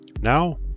Now